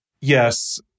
Yes